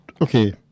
Okay